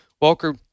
Walker